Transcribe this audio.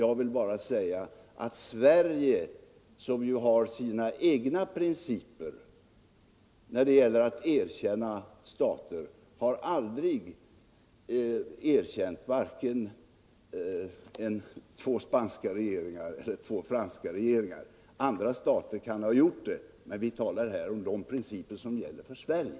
Jag vill bara säga att Sverige, som ju har sina egna principer när det gäller att erkänna stater, har aldrig erkänt vare sig två spanska regeringar eller två franska regeringar. Andra stater kan ha gjort det — men vi talar här om de principer som gäller för Sverige.